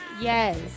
yes